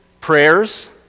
Prayers